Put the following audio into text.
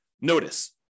Notice